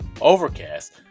Overcast